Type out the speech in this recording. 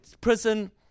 prison